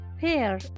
Pear